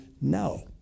no